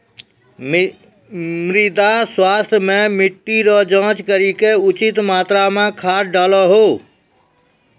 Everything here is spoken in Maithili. मृदा स्वास्थ्य मे मिट्टी रो जाँच करी के उचित मात्रा मे खाद डालहो